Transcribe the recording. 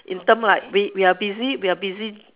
in term like we we're busy we're busy